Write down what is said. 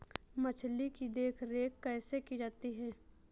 मछली की देखरेख कैसे की जाती है?